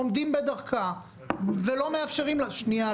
עומדים בדרכה ולא מאפשרים לה שנייה,